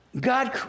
God